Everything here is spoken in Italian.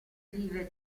vive